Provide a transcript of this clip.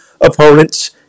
opponents